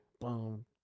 Boom